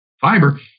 fiber